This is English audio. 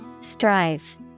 Strive